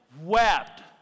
wept